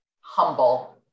humble